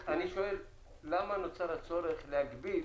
למה נוצר הצורך להגביל